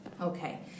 Okay